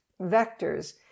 vectors